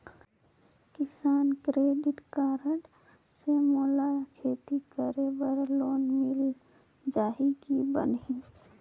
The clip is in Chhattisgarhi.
किसान क्रेडिट कारड से मोला खेती करे बर लोन मिल जाहि की बनही??